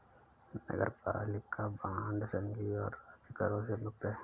नगरपालिका बांड संघीय और राज्य करों से मुक्त हैं